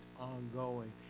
ongoing